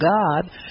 God